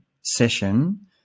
session